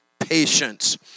Patience